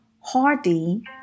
hardy